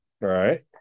Right